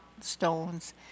stones